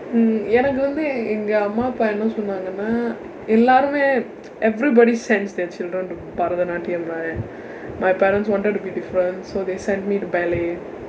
mm எனக்கு வந்து எங்க அம்மா அப்பா என்ன சொன்னாங்கன்னா எல்லாருமே:enakku vandthu engka ammaa appaa enna sonnangkannaa ellarumee everybody sends their children to பரதநாட்டியம்:barathanaatdiyam right my parents wanted to be different so they sent me to ballet